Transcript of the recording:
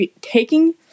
taking